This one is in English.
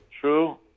True